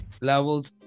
levels